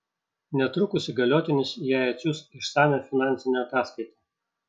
netrukus įgaliotinis jai atsiųs išsamią finansinę ataskaitą